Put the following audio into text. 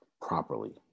properly